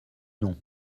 non